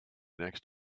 next